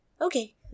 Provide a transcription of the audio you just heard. Okay